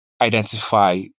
identify